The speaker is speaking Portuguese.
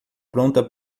pronta